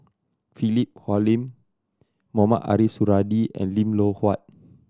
Philip Hoalim Mohamed Ariff Suradi and Lim Loh Huat